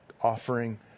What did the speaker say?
offering